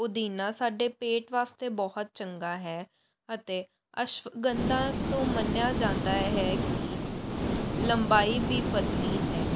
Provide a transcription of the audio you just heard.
ਪੁਦੀਨਾ ਸਾਡੇ ਪੇਟ ਵਾਸਤੇ ਬਹੁਤ ਚੰਗਾ ਹੈ ਅਤੇ ਅਸ਼ਵਗੰਧਾ ਤੋਂ ਮੰਨਿਆ ਜਾਂਦਾ ਹੈ ਕਿ ਲੰਬਾਈ ਵੀ ਵੱਧਦੀ ਹੈ